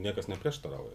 niekas neprieštarauja